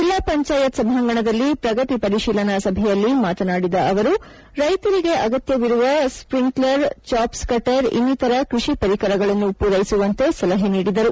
ಜಿಲ್ಲಾ ಪಂಚಾಯತ್ ಸಭಾಂಗಣದಲ್ಲಿ ಪ್ರಗತಿ ಪರಿಶೀಲನಾ ಸಭೆಯಲ್ಲಿ ಮಾತನಾಡಿದ ಅವರು ರೈತರಿಗೆ ಅಗತ್ಯವಿರುವ ಸ್ಪ್ರಿಂಕ್ಲರ್ ಚಾಪ್ಸ್ ಕಟರ್ ಇನ್ನಿತರ ಕೃಷಿ ಪರಿಕರಗಳನ್ನು ಪೂರೈಸುವಂತೆ ಸಲಹೆ ನೀಡಿದರು